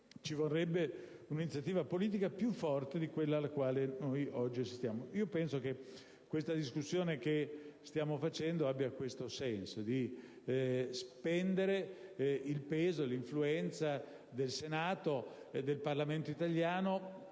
ci vorrebbe un'iniziativa politica più forte alla quale oggi stiamo assistendo. Penso che la discussione che stiamo facendo abbia questo senso: quello di spendere il peso e l'influenza del Senato e del Parlamento italiano